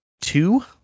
two